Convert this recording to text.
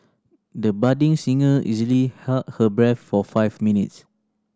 the budding singer easily held her breath for five minutes